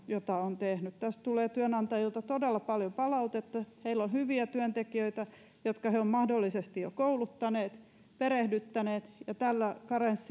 jota on tehnyt tästä tulee työnantajilta todella paljon palautetta heillä on hyviä työntekijöitä jotka he ovat mahdollisesti jo kouluttaneet perehdyttäneet ja tällä